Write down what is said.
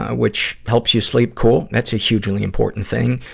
ah which helps you sleep cool that's a hugely important thing.